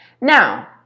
Now